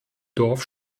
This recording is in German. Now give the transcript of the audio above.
dorf